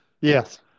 Yes